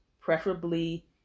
preferably